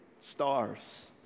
stars